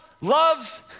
loves